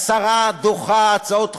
השרה דוחה הצעות חוק,